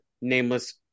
nameless